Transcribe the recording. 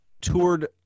toured